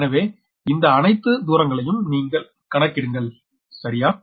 எனவே இந்த அணைத்து தூரங்களையும் நீங்கள் கணக்கிடுங்கள்சரியா